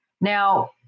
Now